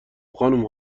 خانوم